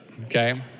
okay